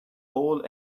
all